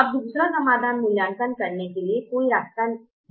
अब दूसरा समाधान मूल्यांकन करने के लिए कोई रास्ता है